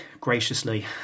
graciously